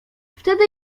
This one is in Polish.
wtedy